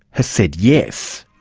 has said yes.